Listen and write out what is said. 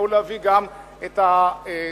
נהוג להביא גם את המחשבות,